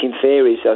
theories